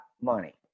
money